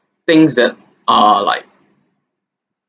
things that are like